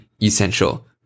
essential